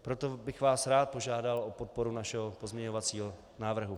Proto bych vás rád požádal o podporu našeho pozměňovacího návrhu.